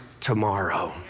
tomorrow